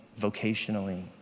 vocationally